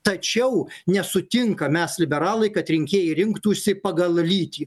tačiau nesutinkam mes liberalai kad rinkėjai rinktųsi pagal lytį